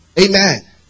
Amen